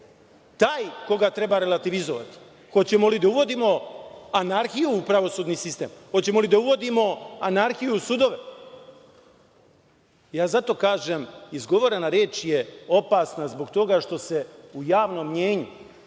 taj koga treba relativizovati? Hoćemo li da uvodimo anarhiju u pravosudni sistem? Hoćemo li da uvodimo anarhiju u sudove? Zato ja kažem da je izgovorena reč opasna, zbog toga što se u javnom mnjenju